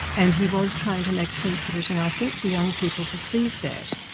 and he was trying to make sense of it, and i think the young people perceived that.